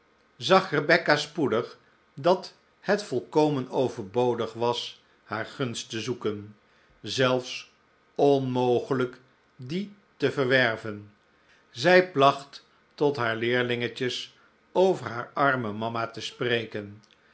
zag rebecca spoedig dat het volkomen overbodig was haar gunst te zoeken zelfs onmogelijk die te verwerven zij placht tot haar leerlingetjes over haar arme mama te spreken